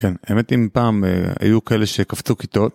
כן, האמת אם פעם היו כאלה שקפצו כיתות